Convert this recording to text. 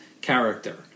character